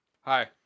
Hi